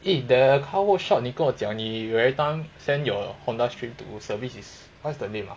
eh the car workshop 你跟我讲你 everytime send your Honda Stream to service is what's the name ah